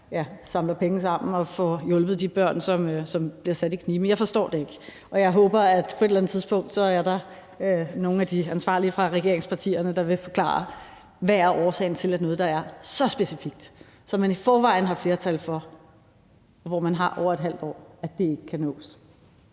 samler penge sammen og får hjulpet de børn, som bliver sat i kniben. Men jeg forstår det ikke, og jeg håber, at der på et eller andet tidspunkt er nogle af de ansvarlige fra regeringspartierne, der vil forklare, hvad årsagen er til, at noget, der er så specifikt, som man i forvejen har flertal for, og hvor man har over et halvt år, ikke kan nås.